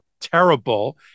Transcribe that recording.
terrible